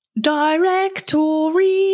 directory